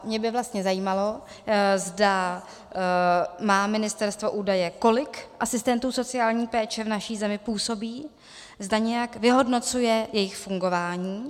Mě by vlastně zajímalo, zda má ministerstvo údaje, kolik asistentů sociální péče v naší zemi působí, zda nějak vyhodnocuje jejich fungování.